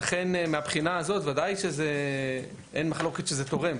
ולכן בוודאי אין מחלוקת שזה תורם.